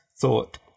thought